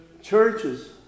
churches